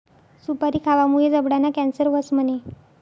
सुपारी खावामुये जबडाना कॅन्सर व्हस म्हणे?